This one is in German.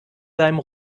seinem